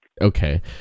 Okay